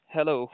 Hello